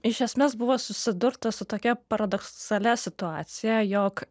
iš esmės buvo susidurta su tokia paradoksalia situacija jog